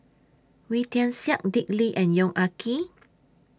Wee Tian Siak Dick Lee and Yong Ah Kee